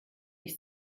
ich